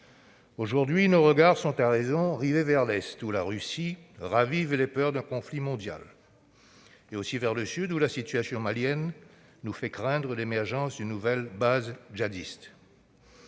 Aujourd'hui, nos regards sont, à raison, rivés vers l'Est, où la Russie ravive les peurs d'un conflit mondial, mais aussi vers le Sud, où la situation malienne nous fait craindre l'émergence d'une nouvelle base djihadiste.